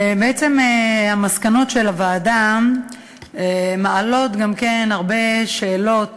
בעצם המסקנות של הוועדה מעלות גם הרבה שאלות